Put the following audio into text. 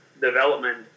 development